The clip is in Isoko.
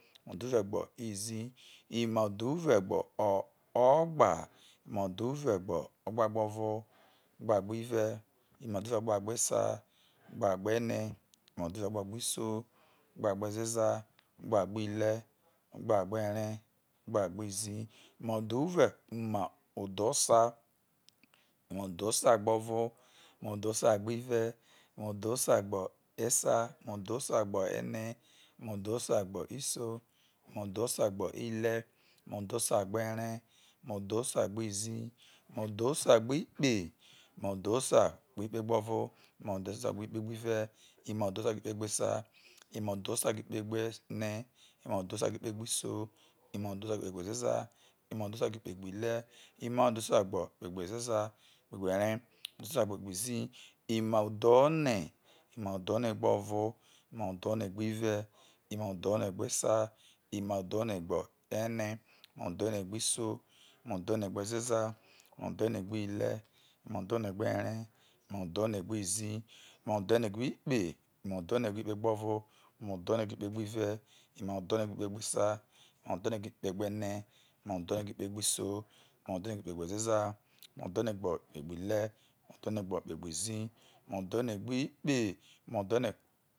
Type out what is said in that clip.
Udhuve̱ gbo̱izii, imauahuu e̱gbo̱ o̱ bgba, imaudhuve̱gbe o̱gba gbo̱vo̱. O̱ gbagbive, imadhuve̱gbe o̱gbagbesa. O̱gbergbene imaudhuve̱gbe o̱ gbagbisoi, o̱gbagbezeza, egbagbihre̱ o̱gbagberee o̱gbagbizii, imaudhuve̱, imaudhusa, imaudhosagbo̱vo̱. Imaudhosagbive̱, imaudhosa gbeihve̱, imaudhosagberee, imaudhosa gbizii, imaudhosagbikpegbive̱, imaudhosagbikpe gbesa, imaudhosagbeikpegbene, imaudhosagbikpegbisoi. imaudhosagbeikpe gbezeza, imaudhosagbeikpe gbibre̱. imaudhosagbeikpe gbezeza, kpegberee, udhosagbe ikpegbizii, imaudho̱ne, imaudho̱ne gbo̱vo̱, imaudho̱negbive̱, imaudho̱ne̱ gbesa, imaudho̱negbene, imaudho̱negbisoi, imaudho̱negbezeza, imaudho̱ne̱gbibre̱, imaudo̱ne̱gberee, imaudho̱ne̱gbizii, imaudho̱ne̱ gbikpe, imaudhone gbeikpegbo̱vo̱, imaudho̱ne̱ gbeikpegbive̱, imaudho̱ne̱ gbeikpegbesa, imaudho̱ne̱ gbeikpegbene, imaudho̱ne̱gbeikpegbisoi, imaudho̱ne̱gbeikpe gbe ezeza, imaudhwne̱gbeikpegbihre̱, imaudho̱ne̱gbeikpegbizii, imaudho̱ne̱gbikpe, imaudho̱ne̱.